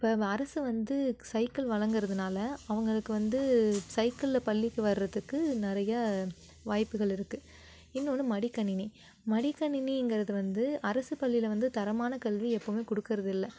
இப்போ அரசு வந்து சைக்கிள் வழங்கிறதுனால அவங்களுக்கு வந்து சைக்கிளில் பள்ளிக்கு வருகிறத்துக்கு நிறைய வாய்ப்புகள் இருக்குது இன்னொன்று மடிக்கணினி மடிக்கணினிங்கிறது வந்து அரசு பள்ளியில் வந்து தரமான கல்வியை எப்போவும் கொடுக்கறது இல்லை